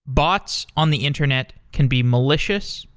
bots on the internet can be malicious,